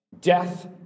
death